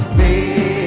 the